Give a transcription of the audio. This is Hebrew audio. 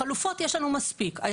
יש לנו מספיק חלופות,